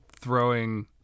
throwing